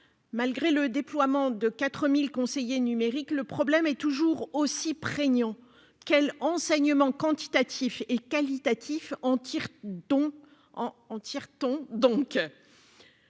malgré le déploiement de 4 000 conseillers numériques, le problème est toujours aussi prégnant. Quels enseignements quantitatifs et qualitatifs en tirons-nous ?